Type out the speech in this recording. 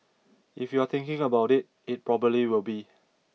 if you're thinking about it it probably will be